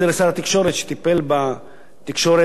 שטיפל בתקשורת האלחוטית,